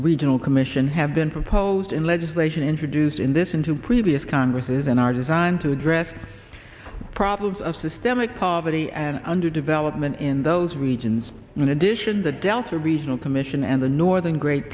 regional commission have been proposed in legislation introduced in this in two previous congresses and are designed to address problems of systemic poverty and under development in those regions in addition the delta regional commission and the northern great